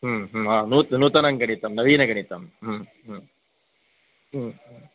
हा नूत् नूतनं गणितं नवीनगणितम्